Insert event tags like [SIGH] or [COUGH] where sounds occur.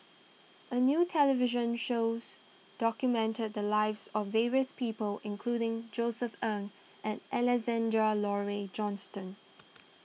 a new television shows documented the lives of various people including Josef Ng and Alexander Laurie Johnston [NOISE]